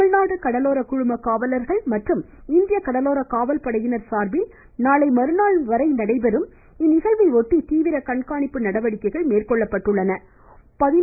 தமிழ்நாடு கடலோர குழும காவலர்கள் மற்றும் இந்திய கடலோர காவல்படையினர் சார்பில் நாளை மறுநாள்வரை நடைபெறும் இநநிகழ்வையொட்டி கண்காணிப்பு நடவடிக்கைகள் தீவிர மேற்கொள்ளப்பட்டுள்ளன